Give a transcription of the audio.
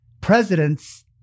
presidents